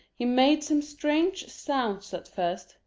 he made some strange sounds at first,